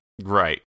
Right